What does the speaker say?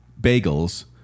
bagels